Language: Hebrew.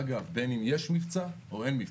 אגב, בין אם יש מבצע או אין מבצע,